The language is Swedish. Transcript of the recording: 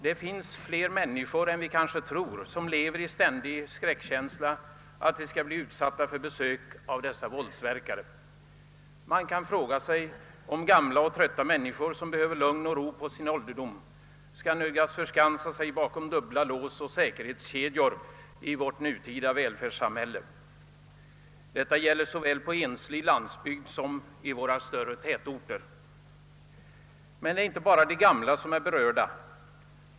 Det finns fler människor än vi kanske tror, som lever i ständig skräck för att de skall bli utsatta för besök av dessa våldsverkare. Man kan fråga sig om gamla och trötta människor som behöver lugn och ro skall nödgas förskansa sig bakom dubbla lås och säkerhetskedjor i ett välfärdssamhälle som vårt. Detta gäller såväl dem som bor på enslig landsbygd som i större tätorter. Men det är inte bara de gamla som är hotade.